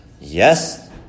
Yes